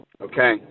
Okay